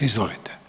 Izvolite.